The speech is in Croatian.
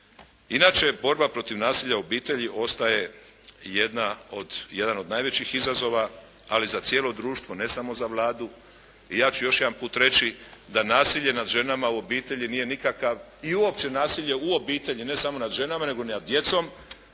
Inače borba protiv nasilja u obitelji ostaje jedna od, jedan od najvećih izazova ali za cijelo društvo ne samo za Vladu i ja ću još jedanput reći da nasilje nad ženama u obitelji nije nikakav i uopće nasilje u obitelji ne samo nad ženama nego ni nad djecom